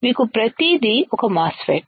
మీకు ప్రతిదీ ఒక మాస్ ఫెట్